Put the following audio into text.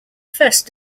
first